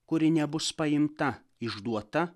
kuri nebus paimta išduota